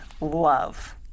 love